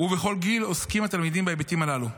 ובכל גיל עוסקים התלמידים בהיבטים הללו.